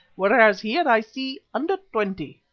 whereas here i see under twenty.